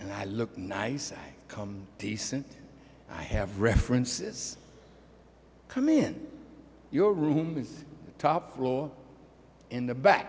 and i look nice i come decent i have references come in your room is top floor in the back